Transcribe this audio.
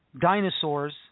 dinosaurs